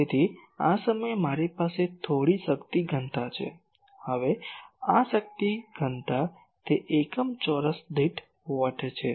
તેથી આ સમયે મારી પાસે થોડી શક્તિ ઘનતા છે હવે આ શક્તિ ઘનતા તે એકમ ચોરસ દીઠ વોટ છે